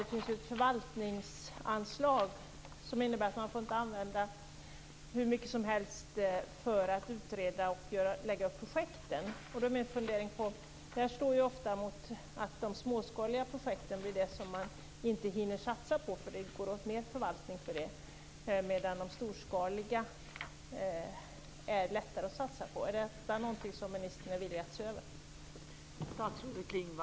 Det finns där ett förvaltningsanslag med begränsningar för hur mycket man får använda till att utreda och lägga upp projekten. Det innebär att man inte hinner satsa på de småskaliga projekten, eftersom det blir större förvaltningsandel för dem, medan det är lättare att satsa på de storskaliga projekten. Är ministern villig att se över detta?